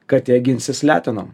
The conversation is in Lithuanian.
katė ginsis letenom